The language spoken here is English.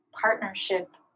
partnership